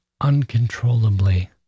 uncontrollably